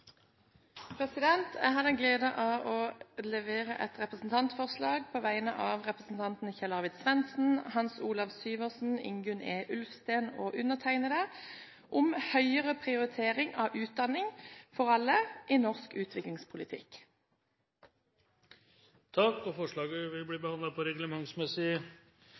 Jeg har den glede å fremme et representantforslag på vegne av representantene Kjell Arvid Svendsen, Hans Olav Syversen, Ingunn E. Ulfsten og undertegnede om høyere prioritering av utdanning for alle i norsk utviklingspolitikk. Forslaget vil bli behandlet på reglementsmessig